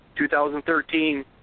2013